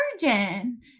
virgin